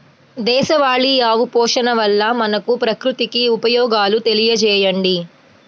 దేశవాళీ ఆవు పోషణ వల్ల మనకు, ప్రకృతికి ఉపయోగాలు తెలియచేయండి?